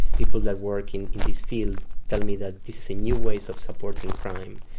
people that work in in this field tell me that this is a new way so of supporting crime.